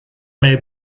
may